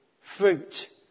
fruit